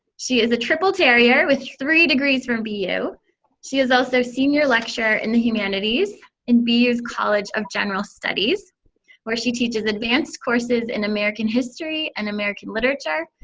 she is a triple terrier with degrees from bu. she is also senior lecturer in the humanities in bu's college of general studies where she teaches advanced courses in american history and american literature,